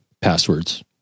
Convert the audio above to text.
passwords